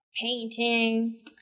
painting